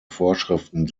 vorschriften